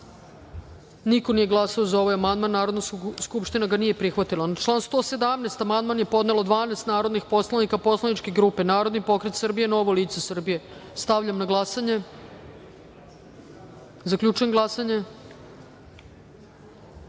niko nije glasao za ovaj amandman. Narodna skupština ga nije prihvatila. Na član 119. amandman je podnelo 12 narodnih poslanika poslaničke grupe Narodni pokret Srbije-Novo lice Srbije. Stavljam na glasanje. Zaključujem glasanje: